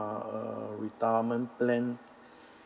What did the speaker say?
a retirement plan